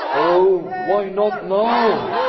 oh, why not now?